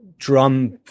drum